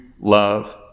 love